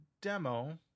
demo